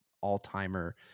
all-timer